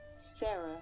Sarah